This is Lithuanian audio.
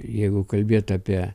jeigu kalbėt apie